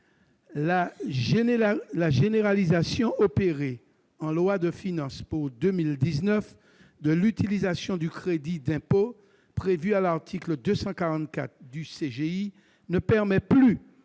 La généralisation opérée en loi de finances pour 2019 de l'utilisation du crédit d'impôt prévu à l'article 244 X du CGI n'autorise plus